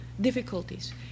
difficulties